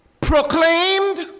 proclaimed